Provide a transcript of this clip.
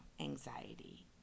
anxiety